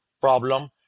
problem